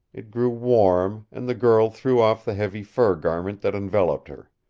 it grew warm, and the girl threw off the heavy fur garment that enveloped her.